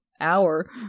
hour